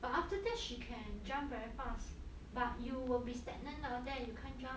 but after that she can jump very fast but you will be stagnant down there